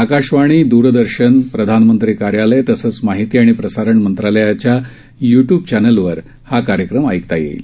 आकाशवाणी दुरदर्शन प्रधानमंत्री कार्यालय तसंच माहिती आणि प्रसारण मंत्रालयाच्या युट्यूब चॅनेलवर हा कार्यक्रम ऐकता येईल